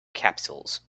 capsules